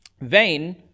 Vain